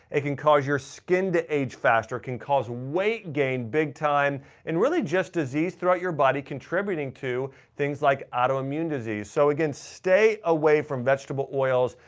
it can cause your skin to age faster, can cause weight gain big time and really just disease throughout your body contributing to things like autoimmune disease. so again, stay away from vegetable oils.